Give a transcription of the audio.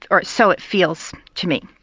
or so it feels to me.